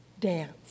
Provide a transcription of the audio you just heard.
dance